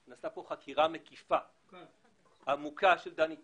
נעשתה פה חקירה מקיפה ועמוקה של דני טל,